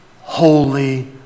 holy